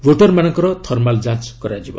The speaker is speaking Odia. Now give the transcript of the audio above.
ଭୋଟରମାନଙ୍କର ଥର୍ମାଲ୍ ଯାଞ୍ଚ କରାଯିବ